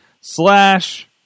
slash